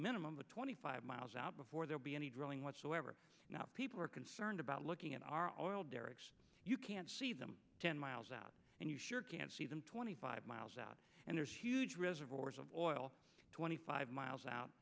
minimum of twenty five miles out before there be any drilling whatsoever not people we're concerned about looking at our own oil derricks you can't see them ten miles out and you sure can't see them twenty five miles out and there's huge reserve ores of oil twenty five miles out